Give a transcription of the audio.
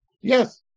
Yes